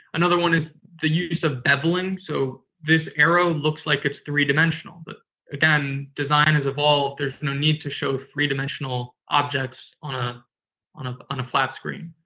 another one is the use of beveling. so, this arrow looks like it's three dimensional. but again, design has evolved. there's no need to show three-dimensional objects on ah on ah a flat screen.